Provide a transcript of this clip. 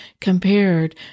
compared